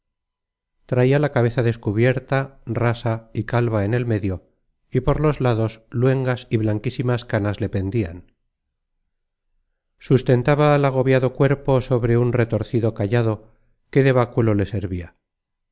traia la cabeza descubierta rasa y calva en el medio y por los lados luengas y blanquísimas canas le pendian sustentaba al agobiado cuerpo sobre un retorcido cayado que de báculo le servia